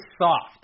soft